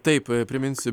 taip priminsiu